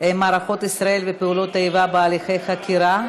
מערכות ישראל ופעולות איבה בהליכי חקירה,